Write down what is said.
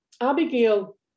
Abigail